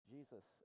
Jesus